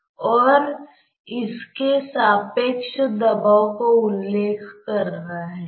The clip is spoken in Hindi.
तो यह y के साथ भिन्न नहीं होता है